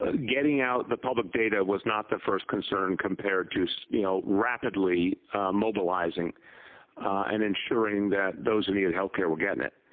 ah getting out the public data was not the first concern compared to so you know rapidly mobilizing and ensuring that those who needed healthcare were getting it.